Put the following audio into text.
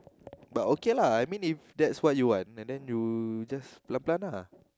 but okay lah I mean if that's what you want and then you just plant plant ah